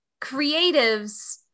creatives